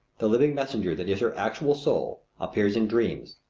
the living messenger that is her actual soul appears in dreams,